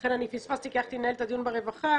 לכן אני פספסתי כי הלכתי לנהל את הדיון ברווחה